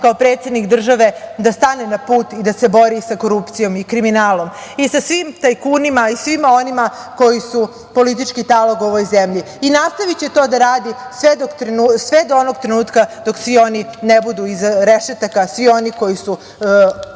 kao predsednik države da stane na put i da se bori sa korupcijom i kriminalom i sa svim tajkunima i svima onima koji su politički talog u ovoj zemlji. Nastaviće to da radi sve do onog trenutka dok svi oni ne budu iza rešetaka, svi oni koji su